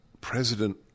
President